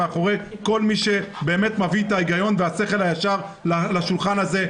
כל מי שבאמת מביא את ההיגיון והשכל הישר לשולחן הזה,